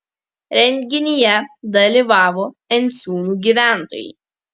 renginyje dalyvavo enciūnų gyventojai